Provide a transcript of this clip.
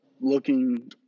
looking